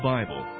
Bible